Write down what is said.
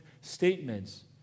statements